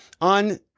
on